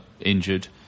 injured